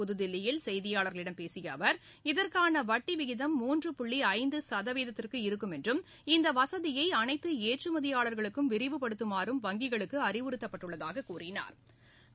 புதுதில்லியில் செய்தியாளர்களிடம் பேசிய அவர் இதற்கான வட்டி விகிதம் மூன்று புள்ளி ஐந்து சதவீதத்திற்கு இருக்கும் என்றும் இந்த வசதியை அனைத்து ஏற்றுமதியாளர்களுக்கும் விரிவுபடுத்துமாறும் வங்கிகளுக்கு அறிவுறுத்தப்பட்டுள்ளதாகக் கூறினாா்